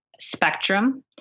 spectrum